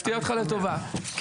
לטובה.